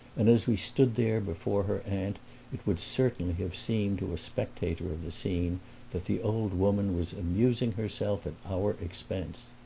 and as we stood there before her aunt it would certainly have seemed to a spectator of the scene that the old woman was amusing herself at our expense.